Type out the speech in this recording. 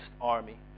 army